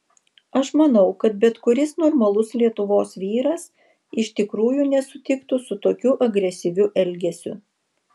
aš manau kad bet kuris normalus lietuvos vyras iš tikrųjų nesutiktų su tokiu agresyviu elgesiu